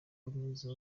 kaminuza